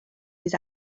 oes